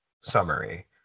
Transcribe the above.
summary